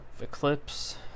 Eclipse